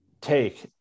take